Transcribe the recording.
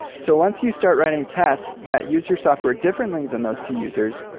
so once you start writing tests that use your software differently than those two users,